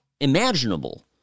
imaginable